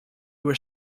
were